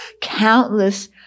countless